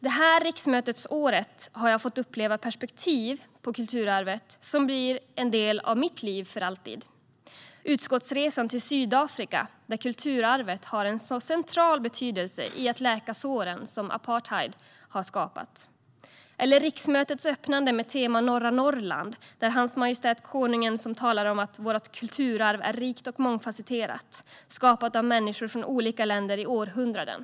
Detta riksmötesår har jag fått uppleva perspektiv på kulturarvet som blir en del av mitt liv för alltid: utskottsresan till Sydafrika, där kulturarvet har en så central betydelse för att läka såren som apartheid skapat, eller riksmötets öppnande med tema norra Norrland, där Hans majestät konungen talade om att vårt kulturarv är rikt och mångfasetterat, skapat av människor från olika länder i århundraden.